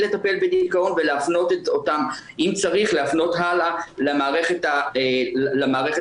לטפל בדיכאון ואם צריך להפנות הלאה למערכת הפסיכיאטרית.